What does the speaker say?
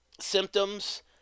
symptoms